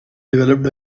developed